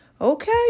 Okay